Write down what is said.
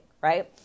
right